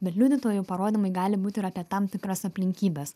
bet liudytojų parodymai gali būt ir apie tam tikras aplinkybes